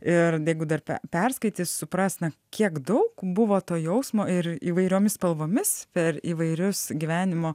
ir jeigu dar per perskaits supras na kiek daug buvo to jausmo ir įvairiomis spalvomis per įvairius gyvenimo